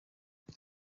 abo